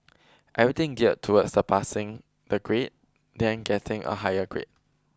everything geared towards the passing the grade then getting a higher grade